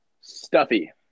Stuffy